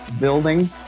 building